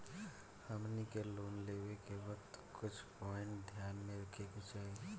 हमनी के लोन लेवे के वक्त कुछ प्वाइंट ध्यान में रखे के चाही